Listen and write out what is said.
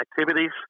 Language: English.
activities